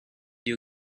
you